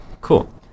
Cool